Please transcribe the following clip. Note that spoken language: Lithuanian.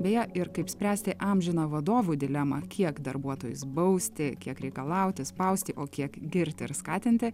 beje ir kaip spręsti amžiną vadovų dilemą kiek darbuotojus bausti kiek reikalauti spausti o kiek girti ar skatinti